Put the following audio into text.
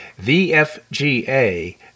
VFGA